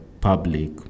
public